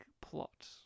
plot